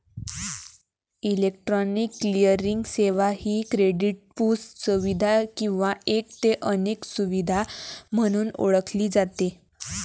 electronic clearing सेवा ही क्रेडिटपू सुविधा किंवा एक ते अनेक सुविधा म्हणून ओळखली जाते